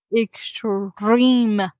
extreme